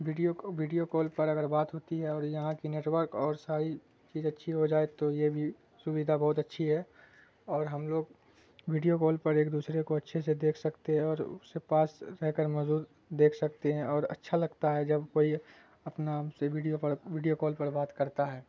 video video call پر اگر بات ہوتی ہے اور یہاں کی نیٹ ورک اور ساری چیز اچھی ہو جائے تو یہ بھی سویدھا بہت اچھی ہے اور ہم لوگ ویڈیو کال پر ایک دوسرے کو اچھے سے دیکھ سکتے ہیں اور اس سے پاس رہ کر موزود دیکھ سکتے ہیں اور اچھا لگتا ہے جب کوئی اپنا آپ سے ویڈیو پر ویڈیو کال پر بات کرتا ہے